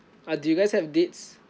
uh do you guys have dates